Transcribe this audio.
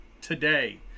today